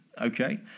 okay